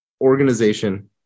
organization